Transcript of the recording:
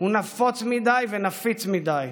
הוא נפוץ מדי ונפיץ מדי.